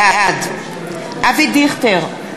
בעד אבי דיכטר,